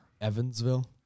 Evansville